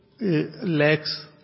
lacks